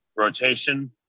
Rotation